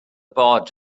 bod